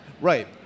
Right